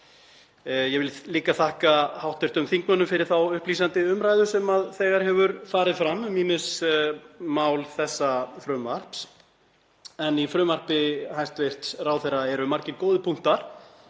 Ég vil líka þakka hv. þingmönnum fyrir þá upplýsandi umræðu sem þegar hefur farið fram um ýmis mál þessa frumvarps. Í frumvarpi hæstv. ráðherra eru margir góðir punktar